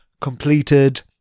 completed